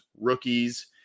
rookies